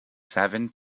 seven